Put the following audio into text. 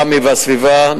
ראמה והסביבה,